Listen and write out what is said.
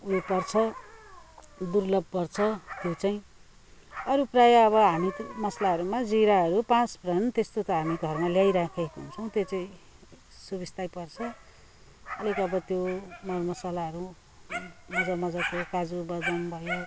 उयो पर्छ दुर्लभ पर्छ त्यो चाहिँ अरू प्रायः अब हामी मसलाहरूमा जिराहरू पाँचफोरन त्यस्तो त हामी घरमा ल्याइराखेको हुन्छौँ त्यो चाहिँ सुविस्तै पर्छ अलिक अब त्यो मरमसलाहरू मजा मजाको काजु बदम भयो